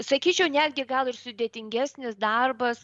sakyčiau netgi gal ir sudėtingesnis darbas